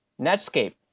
Netscape